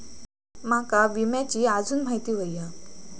माका विम्याची आजून माहिती व्हयी हा?